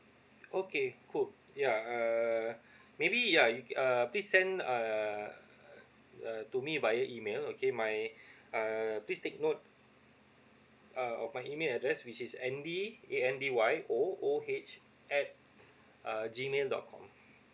okay cool yeah uh maybe yeah you uh please send uh uh to me via email okay my uh please take note uh of my email address which is andy A N D Y oh O H at uh G mail dot com